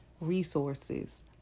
Resources